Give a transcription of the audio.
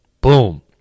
boom